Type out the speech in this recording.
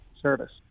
service